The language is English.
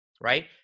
right